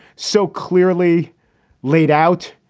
so clearly laid out,